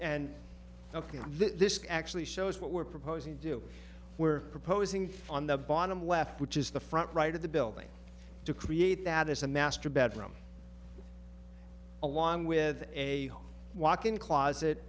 ok this actually shows what we're proposing to do we're proposing on the bottom left which is the front right of the building to create that is a master bedroom along with a walk in closet